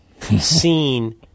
seen